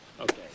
Okay